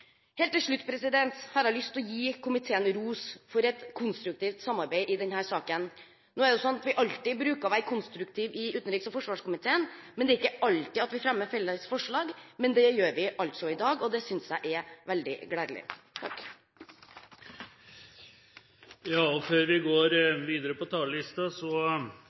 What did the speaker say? Helt til slutt har jeg lyst til å gi komiteen ros for et konstruktivt samarbeid i denne saken. Nå er det sånn at vi alltid bruker å være konstruktive i utenriks- og forsvarskomiteen, men det er ikke alltid vi fremmer felles forslag. Det gjør vi altså i dag, og det synes jeg er veldig gledelig. For Venstre er alle de internasjonale konvensjonene som sikrer menneskerettighetene, viktige konvensjoner. Det er viktig at de ratifiseres, og